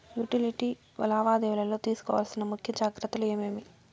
Utility లావాదేవీల లో తీసుకోవాల్సిన ముఖ్య జాగ్రత్తలు ఏమేమి?